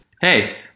hey